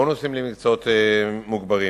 בונוסים למקצועות מוגברים.